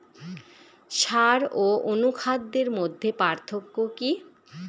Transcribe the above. সার ও অনুখাদ্যের মধ্যে পার্থক্য কি?